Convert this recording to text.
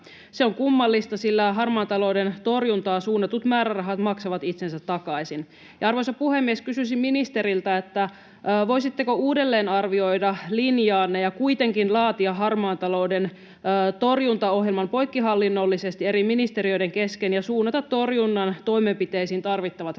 Se on kummallista, sillä harmaan talouden torjuntaan suunnatut määrärahat maksavat itsensä takaisin. Arvoisa puhemies! Kysyisin ministeriltä: voisitteko uudelleen arvioida linjaanne ja kuitenkin laatia harmaan talouden torjuntaohjelman poikkihallinnollisesti eri ministeriöiden kesken ja suunnata torjunnan toimenpiteisiin tarvittavat resurssit?